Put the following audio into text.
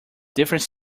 different